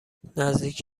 نزدیک